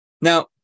Now